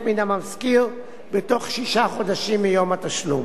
מן המשכיר בתוך שישה חודשים מיום התשלום.